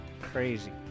Crazy